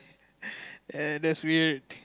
and that's weird